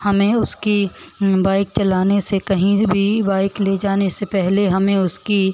हमें उसकी बाइक चलाने से कहीं भी बाइक ले जाने से पहले हमें उसकी